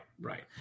right